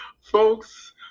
Folks